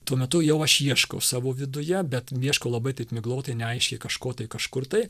tuo metu jau aš ieškau savo viduje bet ieškau labai taip miglotai neaiškiai kažko tai kažkur tai